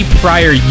prior